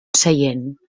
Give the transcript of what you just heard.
seient